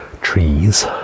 trees